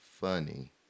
funny